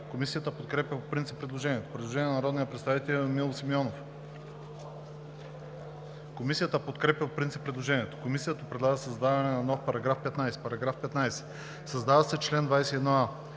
Комисията подкрепя по принцип предложението. Предложение на народния представител Емил Симеонов. Комисията подкрепя по принцип предложението. Комисията предлага да се създаде нов § 15: „§ 15. Създава се чл. 21а: